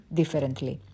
differently